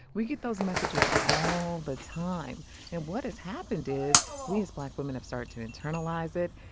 we get those messages all the time and what has happened is we, as black women, have started to internalize it.